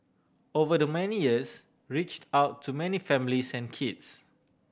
over the many years reached out to many families and kids